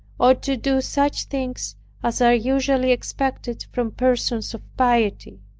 or to do such things as are usually expected from persons of piety.